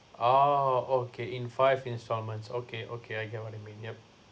oh okay in five installments okay okay I get what you mean yup